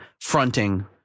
fronting